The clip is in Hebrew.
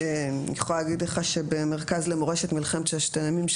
אני יכולה להגיד לך שבמרכז למורשת מלחמת ששת הימים,